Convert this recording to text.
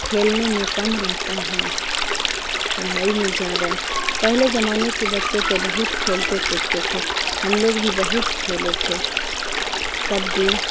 کھیلنے میں کم رہتا ہیں پڑھائی میں زیادہ پہلے زمانے کے بچے تو بہت کھیلتے کودتے تھے ہم لوگ بھی بہت کھیلے تھے کبڈی